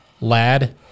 lad